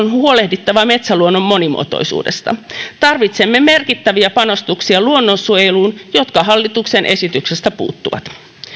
on huolehdittava metsäluonnon monimuotoisuudesta tarvitsemme merkittäviä panostuksia luonnonsuojeluun jotka hallituksen esityksestä puuttuvat